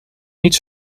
niet